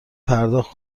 پرداخت